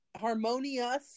Harmonious